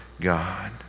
god